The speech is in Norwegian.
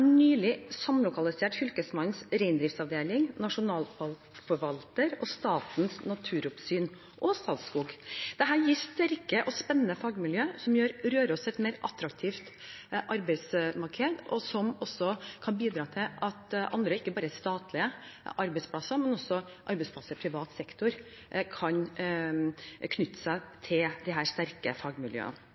nylig samlokalisert Fylkesmannens reindriftsavdeling, nasjonalparkforvaltere, Statens naturoppsyn og Statskog. Dette gir sterke og spennende fagmiljøer, som gjør Røros til et mer attraktivt arbeidsmarked, og som også kan bidra til at andre, ikke bare statlige arbeidsplasser, men også arbeidsplasser i privat sektor kan knytte seg til disse sterke fagmiljøene.